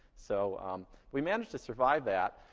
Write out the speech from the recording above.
so we managed to survive that.